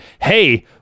hey